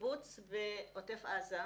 קיבוץ בעוטף עזה,